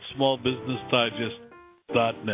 smallbusinessdigest.net